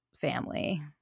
family